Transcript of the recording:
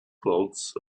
clouds